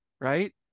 right